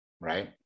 right